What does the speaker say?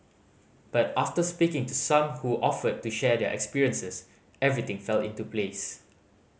but after speaking to some who offered to share their experiences everything fell into place